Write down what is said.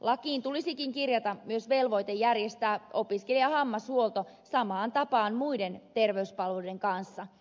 lakiin tulisikin kirjata myös velvoite järjestää opiskelijahammashuolto samaan tapaan muiden terveyspalveluiden kanssa